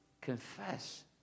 Confess